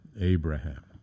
Abraham